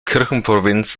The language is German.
kirchenprovinz